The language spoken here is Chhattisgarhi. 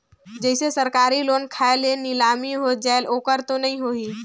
जैसे सरकारी लोन खाय मे नीलामी हो जायेल ओकर तो नइ होही?